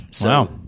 Wow